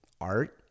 art